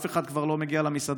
אף אחד כבר לא מגיע למסעדה,